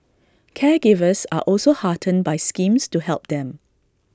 caregivers are also heartened by schemes to help them